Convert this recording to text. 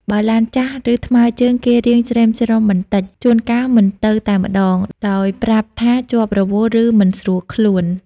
បើឡានចាស់ឬថ្មើរជើងគេរាងច្រិមច្រុមបន្តិចជួនកាលមិនទៅតែម្ដងដោយប្រាប់ថាជាប់រវល់ឬមិនស្រួលខ្លួន ។